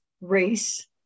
race